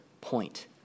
point